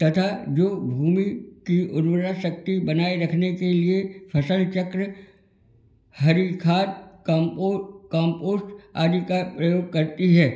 तथा जो भूमि की उर्वरा शक्ति बनाए रखने के लिए फसल चक्र हरी खाद कम्पोट कम्पोस्ट आदि का प्रयोग करती है